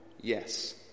Yes